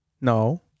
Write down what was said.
No